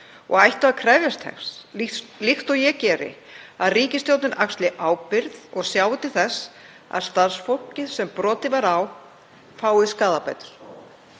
ættu að krefjast þess, líkt og ég geri, að ríkisstjórnin axli ábyrgð og sjá til þess að starfsfólkið sem brotið var á fái skaðabætur.